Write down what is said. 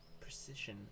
precision